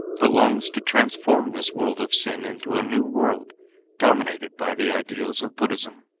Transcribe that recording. but longs to transform this world of sin into a new world dominated by the ideals of buddhism.